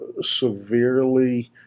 severely